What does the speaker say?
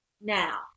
Now